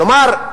כלומר,